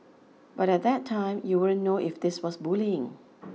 but at that time you wouldn't know if this was bullying